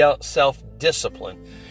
self-discipline